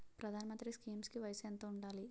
ప్రధాన మంత్రి స్కీమ్స్ కి వయసు ఎంత ఉండాలి?